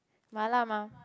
mala mah